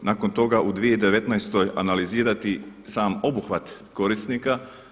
Nakon toga u 2019. analizirati sam obuhvat korisnika.